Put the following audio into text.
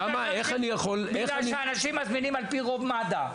כי אנשים מזמינים, על פי רוב, מד"א.